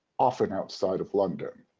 often outside of london.